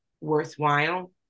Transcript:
worthwhile